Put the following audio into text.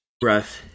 Breath